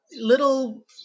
little